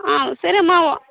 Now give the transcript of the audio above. సరే అమ్మా